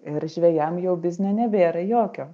ir žvejam jau biznio nebėra jokio